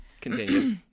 Continue